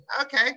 okay